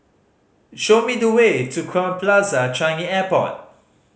show me the way to Crowne Plaza Changi Airport